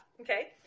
Okay